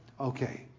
Okay